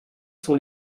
sont